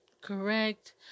correct